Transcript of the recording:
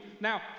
Now